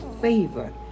favor